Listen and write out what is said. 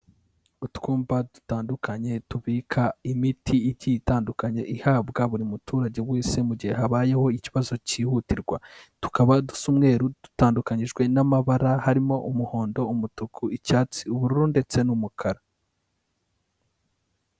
Utwumba dutandukanye, tubika imiti igiye itandukanye ihabwa buri muturage wese mu gihe habayeho ikibazo kihutirwa, tukaba dusa umweru dutandukanyijwe n'amabara harimo umuhondo, umutuku, icyatsi, ubururu ndetse n'umukara.